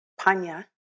panya